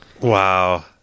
Wow